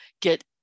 get